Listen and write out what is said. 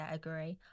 agree